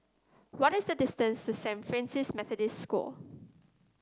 what is the distance to Saint Francis Methodist School